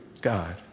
God